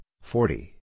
forty